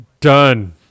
done